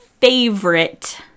favorite